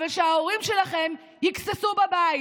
אבל שההורים שלכם יגססו בבית,